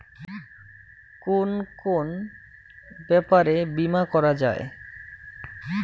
কুন কুন ব্যাপারে বীমা করা যায়?